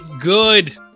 good